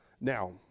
Now